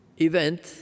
event